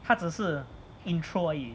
他只是 intro 而已